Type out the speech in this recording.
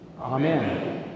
Amen